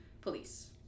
police